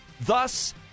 thus